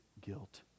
guilt